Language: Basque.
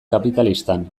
kapitalistan